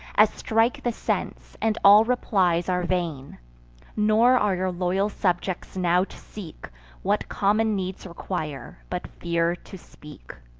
as strike the sense, and all replies are vain nor are your loyal subjects now to seek what common needs require, but fear to speak.